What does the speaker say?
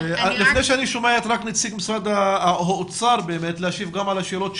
לפני שאני שומע אתך נציג משרד האוצר שישיב לנו על השאלות שעלו,